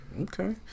Okay